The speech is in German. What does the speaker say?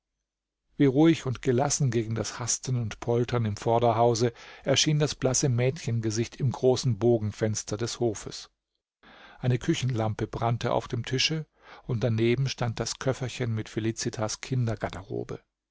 wie ruhig und gelassen gegen das hasten und poltern im vorderhause erschien das blasse mädchengesicht im großen bogenfenster des hofes eine küchenlampe brannte auf dem tische und daneben stand das köfferchen mit felicitas